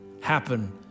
happen